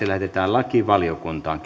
lähetetään lakivaliokuntaan